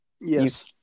Yes